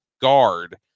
guard